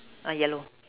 uh yellow